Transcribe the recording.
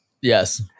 Yes